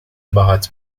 باهات